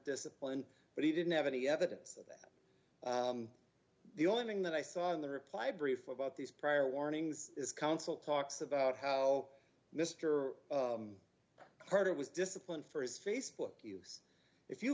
disciplined but he didn't have any evidence of that the only thing that i saw in the reply brief about these prior warnings is counsel talks about how mister carter was disciplined for his facebook use if you